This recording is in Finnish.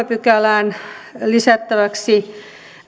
pykälään lisättäväksi